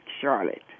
Charlotte